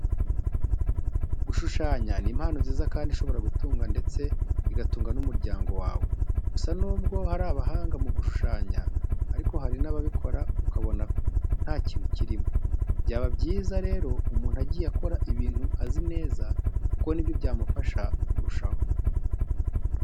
Gushushanya ni impano nziza kandi ishobora kugutunga ndetse igatunga n'umuryango wawe. Gusa nubwo hari abahanga mu gushushanya ariko hari n'ababikora ukabona nta kintu kirimo. Byaba byiza rero umuntu agiye akora ibintu azi neza kuko ni byo byamufasha kurushaho.